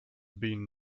been